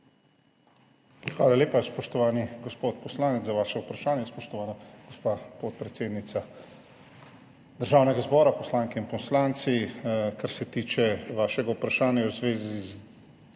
Hvala lepa, spoštovani gospod poslanec, za vaše vprašanje. Spoštovana gospa podpredsednica Državnega zbora, poslanke in poslanci! Kar se tiče vašega vprašanja v zvezi z